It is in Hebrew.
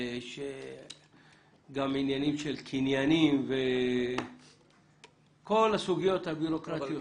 גם ענייניים קנייניים, כל הסוגיות הבירוקרטיות.